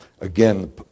Again